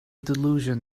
delusion